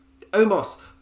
Omos